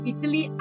Italy